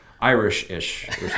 Irish-ish